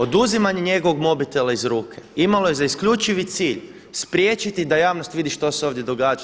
Oduzimanje njegovog mobitela iz ruke imalo je za isključivi cilj spriječiti da javnost vidi što se ovdje događa.